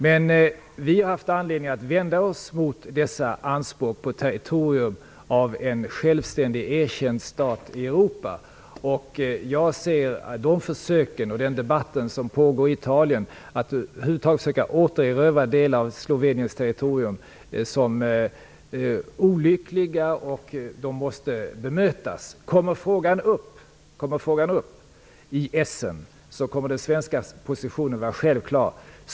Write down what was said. Men vi har haft anledning att vända oss emot dessa anspråk på territorium som tillhör en självständig, erkänd stat i Europa. Jag ser de försök och den debatt som pågår i Italien om att försöka återerövra delar av Sloveniens territorium som olyckliga och anser att de måste bemötas. Kommer frågan upp i Essen kommer den svenska positionen att vara självklar.